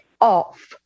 off